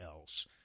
else